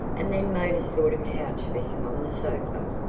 and then made a sort of couch for him on the sofa.